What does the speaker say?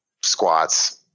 squats